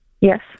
Yes